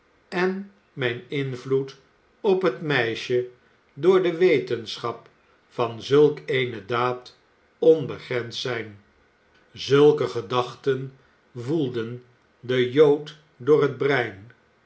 en mijn invloed op het meisje door de wetenschap van zulk eene daad onbegrensd zijn zulke gedachten woelden den jood door het brein